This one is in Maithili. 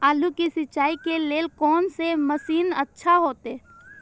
आलू के सिंचाई के लेल कोन से मशीन अच्छा होते?